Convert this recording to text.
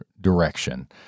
direction